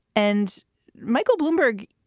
and michael bloomberg.